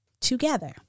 together